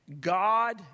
God